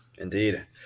Indeed